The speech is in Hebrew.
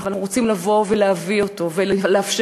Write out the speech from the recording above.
אבל אנחנו רוצים לבוא ולהביא אותו ולאפשר